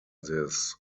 this